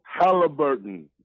Halliburton